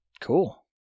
cool